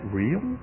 real